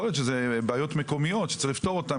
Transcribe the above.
יכול להיות שזה בעיות מקומיות שצריך לפתור אותן